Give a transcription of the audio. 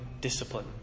discipline